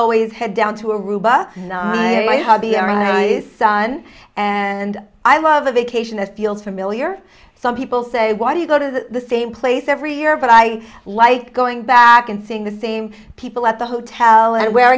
always had down to aruba and my hubby and son and i love a vacation that feels familiar some people say why do you go to the same place every year but i like going back and seeing the same people at the hotel and w